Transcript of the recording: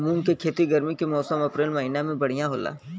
मुंग के खेती गर्मी के मौसम अप्रैल महीना में बढ़ियां होला?